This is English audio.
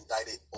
indicted